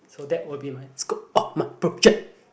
so that will be my scope of my project